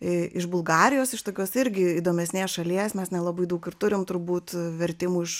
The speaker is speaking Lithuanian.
iš bulgarijos iš tokios irgi įdomesnės šalies mes nelabai daug ir turim turbūt vertimų iš